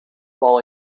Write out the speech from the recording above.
ball